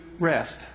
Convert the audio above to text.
rest